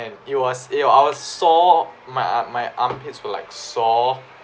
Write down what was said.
if it was it I was sore my ar~ my armpits were like sore